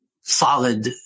solid